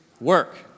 work